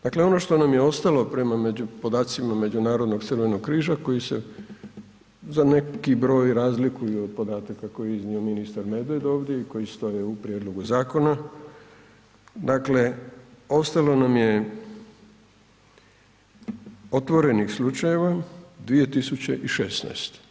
Dakle, ono što nam je ostalo prema podacima Međunarodnog Crvenog križa koji se za neki broj razliku od podataka koji je iznio ministar Medved ovdje i koji stoje u prijedlogu zakona, dakle ostalo nam je otvorenih slučajeva 2.016.